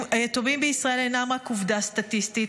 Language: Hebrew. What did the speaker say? היתומים בישראל אינם רק עובדה סטטיסטית,